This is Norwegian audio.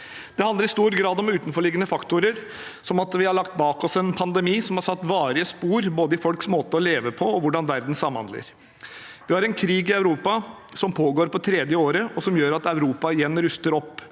Det handler i stor grad om utenforliggende faktorer, som at vi har lagt bak oss en pandemi som har satt varige spor både i folks måte å leve på, og i hvordan verden samhandler. Vi har en krig i Europa som pågår på tredje året, som gjør at Europa igjen ruster opp,